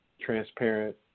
transparent